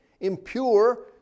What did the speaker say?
impure